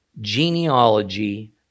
genealogy